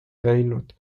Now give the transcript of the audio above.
käinud